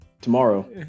tomorrow